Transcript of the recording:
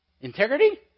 Integrity